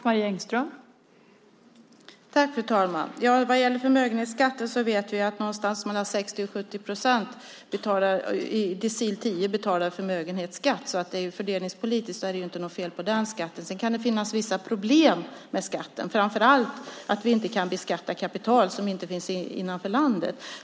Fru talman! Vad gäller förmögenhetsskatten vet vi att mellan 60 och 70 procent i decil 10 betalar förmögenhetsskatt. Fördelningspolitiskt är det alltså inte något fel på den skatten. Sedan kan det finnas vissa problem med skatten, framför allt att vi inte kan beskatta kapital som inte finns inom landet.